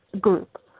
group